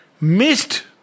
missed